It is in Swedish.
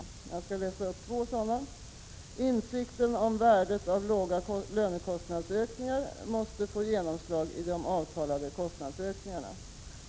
Jag skall läsa upp två av dem: ”Insikten om värdet av låga lönekostnadsökningar måste få genomslag i de avtalade kostnadsökningarna.